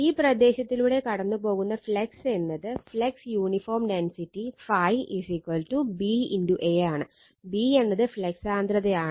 ഈ പ്രദേശത്തിലൂടെ കടന്നുപോകുന്ന ഫ്ലക്സ് എന്നത് flux uniform density ∅ B A ആണ് B എന്നത് ഫ്ലക്സ് സാന്ദ്രതയാണ്